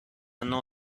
نوع